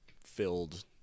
filled